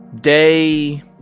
day